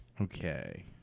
Okay